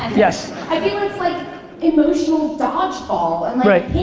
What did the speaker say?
yes! i feel it's like emotional dodge ball and